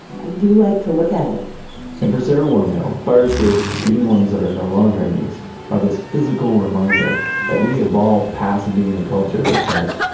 i do like to look at it and for sara wermiel, fire escapes, even the ones that are no longer in use are these physical reminder that we evolved passed being a culture that says,